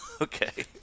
Okay